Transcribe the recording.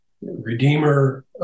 redeemer